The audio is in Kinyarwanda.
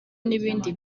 n’ibindi